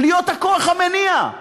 להיות הכוח המניע.